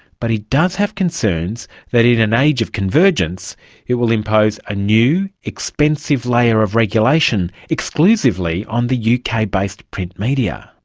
but he does have concerns that in an age of convergence it will impose a new, expensive layer of regulation exclusively on the uk-based print media.